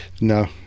no